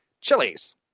Chilies